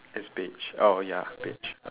it's beige oh ya beige